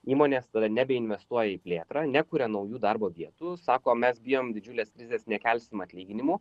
įmonės nebeinvestuoja į plėtrą nekuria naujų darbo vietų sako mes bijom didžiulės krizės nekelsim atlyginimų